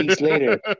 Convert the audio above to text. later